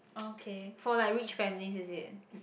okay for like rich families is it